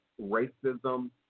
racism